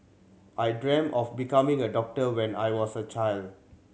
I dreamt of becoming a doctor when I was a child